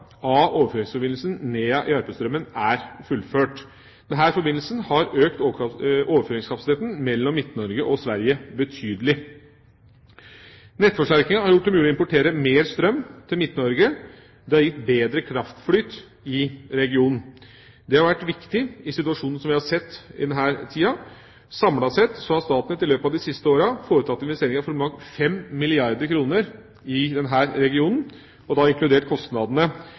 av overføringsforbindelsen Nea–Järpströmmen er fullført. Denne forbindelsen har økt overføringskapasiteten mellom Midt-Norge og Sverige betydelig. Nettforsterkningene har gjort det mulig å importere mer strøm til Midt-Norge og gitt bedre kraftflyt i regionen. Det har vært viktig i situasjonen som vi har sett den siste tida. Samlet har Statnett i løpet av de siste åra foretatt investeringer for om lag 5 milliarder kr i